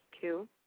two